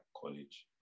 college